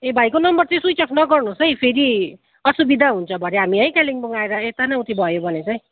ए भाइको नम्बर चाहिँ स्विचअफ नगर्नुहोस् है फेरि असुविधा हुन्छ भरे हामी है कालिम्पोङ आएर यता न उति भयो भने चाहिँ